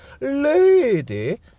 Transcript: lady